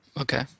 Okay